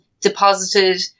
deposited